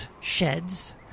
sheds